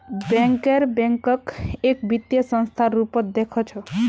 banker बैंकक एक वित्तीय संस्थार रूपत देखअ छ